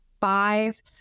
five